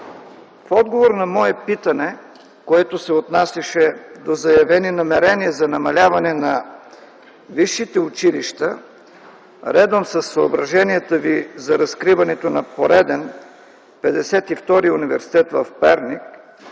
В отговор на мое питане, което се отнасяше до заявени намерения за намаляване на висшите училища, редом със съображенията Ви за разкриването на пореден 52-ри университет в Перник,